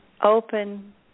open